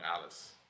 Alice